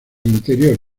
interior